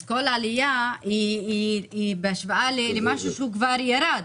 אז כל עלייה היא בהשוואה למשהו שכבר ירד,